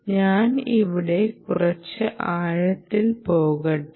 ഞാൻ ഇവിടെ കുറച്ച് ആഴത്തിൽ പോകട്ടെ